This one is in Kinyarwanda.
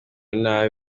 nabi